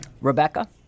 Rebecca